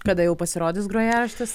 kada jau pasirodys grojaraštis